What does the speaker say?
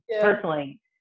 personally